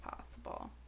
possible